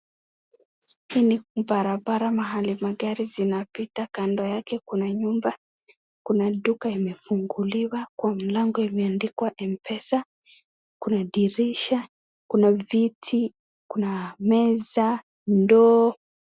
Hii ni barabara mahali magari zinapita , kando yake kuna nyumba . Kuna duka imefunguliwa kwa mlango imeandikwa M-pesa .Kuna dirisha , kuna viti , kuna meza , ndoo.